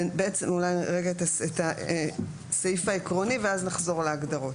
אולי רגע את הסעיף העקרוני ואז נחזור להגדרות,